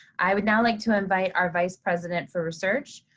i would now like to invite our vice president for research,